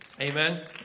Amen